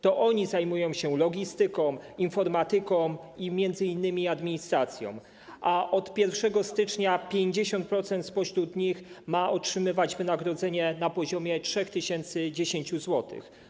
To oni zajmują się logistyką, informatyką i m.in. administracją, a od 1 stycznia 50% spośród nich ma otrzymywać wynagrodzenie na poziomie 3010 zł.